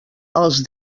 els